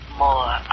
more